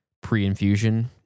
pre-infusion